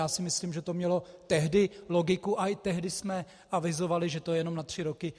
Já si myslím, že to mělo tehdy logiku, a tehdy jsme avizovali, že to je jenom na tři roky.